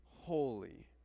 holy